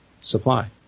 supply